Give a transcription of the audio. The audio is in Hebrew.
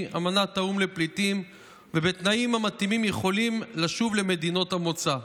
אמנת האו"ם לפליטים ובתנאים המתאימים יכולים לשוב למדינות המוצא".